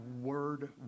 word